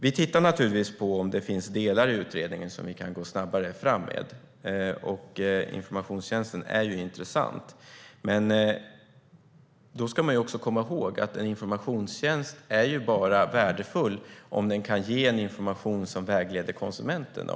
Vi tittar naturligtvis på om det finns delar i utredningen som vi kan gå snabbare fram med, och informationstjänsten är intressant. Man ska dock komma ihåg att en informationstjänst bara är värdefull om den kan ge information som vägleder konsumenten.